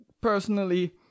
Personally